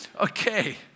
Okay